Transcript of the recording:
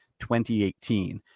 2018